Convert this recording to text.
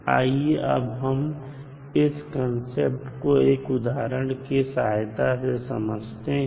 आइए अब हम इस कंसेप्ट को एक उदाहरण के सहायता से समझते हैं